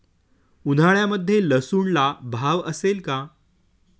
उन्हाळ्यामध्ये लसूणला भाव असेल का?